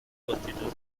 constitución